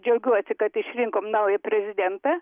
džiaugiuosi kad išrinkom naują prezidentą